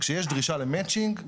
כשיש דרישה למצ'ינג,